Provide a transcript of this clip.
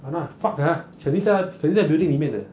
!hanna! fuck ah 肯定在 building 里面的